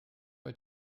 bei